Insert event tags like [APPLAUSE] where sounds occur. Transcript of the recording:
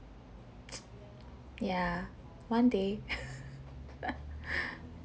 ya one day [LAUGHS]